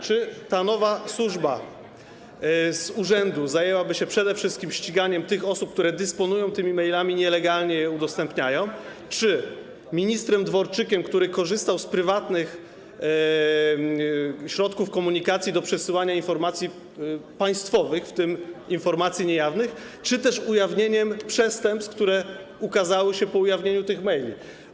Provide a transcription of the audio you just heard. Czy ta nowa służba z urzędu zajęłaby się przede wszystkim ściąganiem tych osób, które dysponują tymi mailami, nielegalnie je udostępniają, czy ministrem Dworczykiem, który korzystał z prywatnych środków komunikacji do przesyłania informacji państwowych, w tym informacji niejawnych, czy też ujawnieniem przestępstw, które ukazały się po ujawnieniu tych maili?